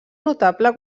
notable